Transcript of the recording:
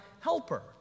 helper